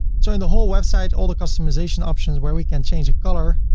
so in the whole website all the customization options where we can change the color,